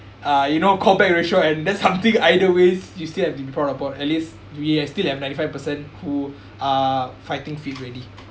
uh you know call back ratio and that's something either ways you still have to proud upon at least we are still have ninety-five percent who are fighting feet ready